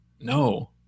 No